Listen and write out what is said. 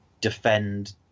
defend